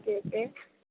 okay okay